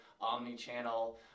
omni-channel